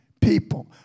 people